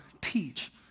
teach